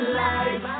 life